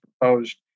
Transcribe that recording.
proposed